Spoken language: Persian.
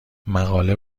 مقاله